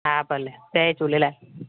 हा भले जय झूलेलाल